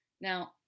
Now